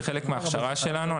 זה חלק מההכשרה שלנו.